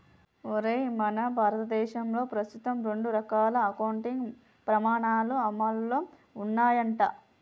ఒరేయ్ మన భారతదేశంలో ప్రస్తుతం రెండు రకాల అకౌంటింగ్ పమాణాలు అమల్లో ఉన్నాయంట